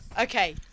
Okay